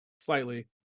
slightly